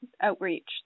outreach